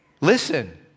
listen